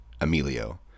Emilio